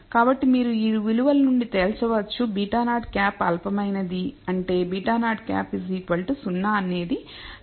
కాబట్టి మీరు ఈ విలువల నుండి తేల్చవచ్చు β̂0 అల్పమైనది అంటే β̂0 0 అనేది సహేతుకమైన పరికల్పన β̂1